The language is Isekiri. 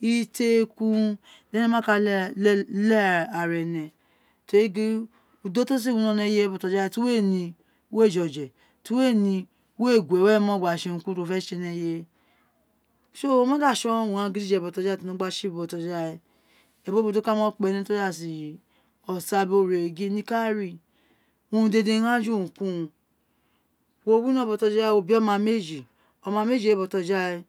Itekun lí énè ma ka leghe ara énè to rí gin udo ti o si winó ní eye bọtọja we ira tí uwo éè ni we je oje ina tí uwo éè ní we ma nó guwe gba tsi utse ní eyewa woma da tson wun gháán we botojawe tí o gba nó tsi botoja we ebòbó ka mo kpi osa bi ore niko oẁuǹ ari urun dede ghaan ju ukurun ti wo winó botoja we wo bí oma meji ọma meji we notojawe